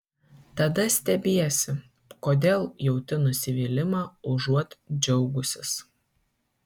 tada stebiesi kodėl jauti nusivylimą užuot džiaugusis